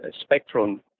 spectrum